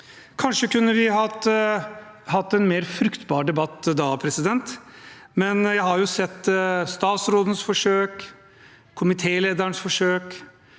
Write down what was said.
Kanskje kunne vi hatt en mer fruktbar debatt da, men jeg har sett statsrådens forsøk, komitélederens forsøk